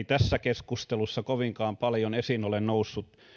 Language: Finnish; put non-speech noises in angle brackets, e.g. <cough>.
<unintelligible> tässä keskustelussa kovinkaan paljon esiin ole nousseet